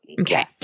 Okay